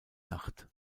nacht